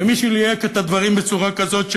מי שליהק את הדברים בצורה כזאת,